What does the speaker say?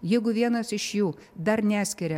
jeigu vienas iš jų dar neskiria